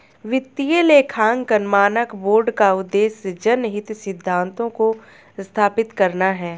वित्तीय लेखांकन मानक बोर्ड का उद्देश्य जनहित सिद्धांतों को स्थापित करना है